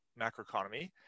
macroeconomy